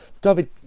David